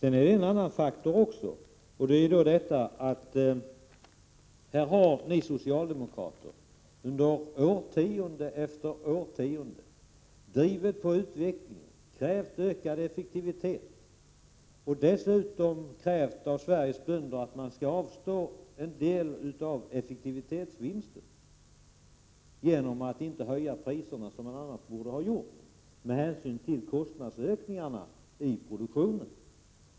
En annan faktor att begrunda är att ni socialdemokrater under årtionde efter årtionde har drivit på utvecklingen, krävt ökad effektivitet och dessutom krävt av Sveriges bönder att de skall avstå en del av effektivitetsvinsten genom att inte höja priserna som de borde ha gjort med hänsyn till kostnadsökningarna i produktionen.